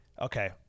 Okay